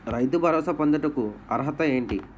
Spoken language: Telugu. రైతు భరోసా పొందుటకు అర్హత ఏంటి?